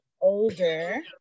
older